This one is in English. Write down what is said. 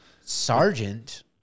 Sergeant